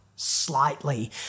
slightly